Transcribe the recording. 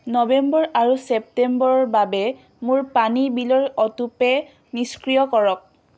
নৱেম্বৰ আৰু ছেপ্টেম্বৰৰ বাবে মোৰ পানী বিলৰ অটোপে' নিষ্ক্ৰিয় কৰক